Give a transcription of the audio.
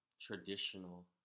traditional